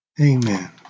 Amen